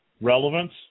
relevance